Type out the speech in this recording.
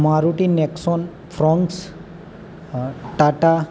Maruti Nexon Fronx Tata